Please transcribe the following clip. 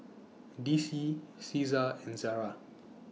D C Cesar and Zara